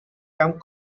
camp